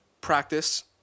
practice